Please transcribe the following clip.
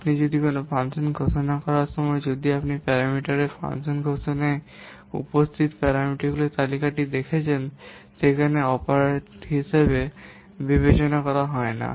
আপনি কোনও ফাংশন ঘোষণা করার সময় যদি আপনি প্যারামিটারগুলি ফাংশন ঘোষণায় উপস্থিত পরামিতিগুলির তালিকাটি রাখছেন সেখানে অপারেন্ড হিসাবে বিবেচনা করা হয় না